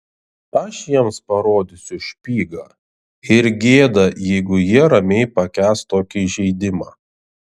aš jiems parodysiu špygą ir gėda jeigu jie ramiai pakęs tokį įžeidimą